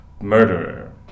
murderer